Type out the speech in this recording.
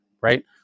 Right